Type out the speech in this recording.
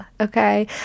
okay